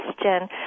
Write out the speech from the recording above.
question